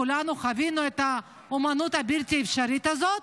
כולנו חווינו את האומנות הבלתי-אפשרית הזאת.